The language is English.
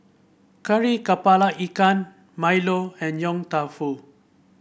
Kari kepala Ikan milo and Yong Tau Foo